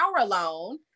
alone